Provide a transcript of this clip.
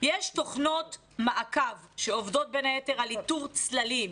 יש תוכנות מעקב, שעובדות בין היתר על איתור צללים.